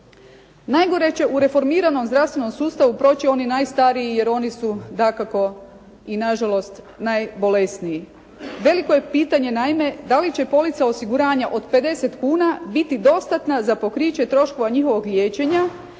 Najgore će u reformiranom zdravstvenom sustavu proći oni najstariji jer oni su dakako i nažalost najbolesniji. Veliko je pitanje naime da li će polica osiguranja od 50 kuna biti dostatna za pokriće troškova njihovog liječenja